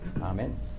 Amen